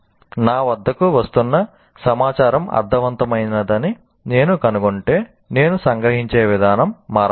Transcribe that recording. నా వద్దకు వస్తున్న సమాచారం అర్ధవంతమైనదని నేను కనుగొంటే నేను సంగ్రహించే విధానం మారవచ్చు